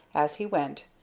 as he went,